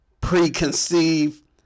preconceived